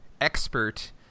expert